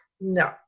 No